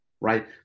right